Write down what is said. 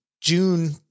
June